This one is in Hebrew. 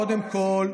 קודם כול,